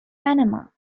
panama